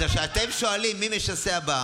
כשאתם שואלים מי משסע את עם,